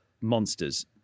monsters